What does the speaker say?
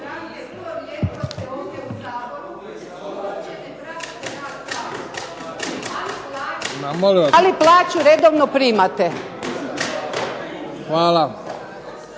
Ali plaću redovno primate.